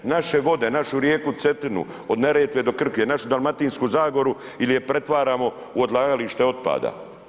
Naše vode, našu rijeku Cetinu, od Neretve do Krke, našu Dalmatinsku zagoru ili je pretvaramo u odlagalište otpada?